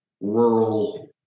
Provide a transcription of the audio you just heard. rural